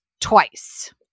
twice